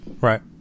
Right